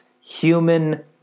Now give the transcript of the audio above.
human